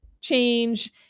change